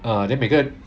ah then 每个人